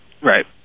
Right